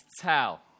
tell